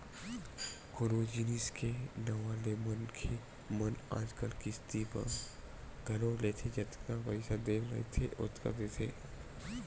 कोनो जिनिस के नवा ले म मनखे मन आजकल किस्ती म घलोक लेथे जतका पइसा देना रहिथे ओतका देथे